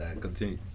Continue